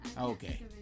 Okay